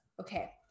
Okay